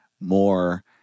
more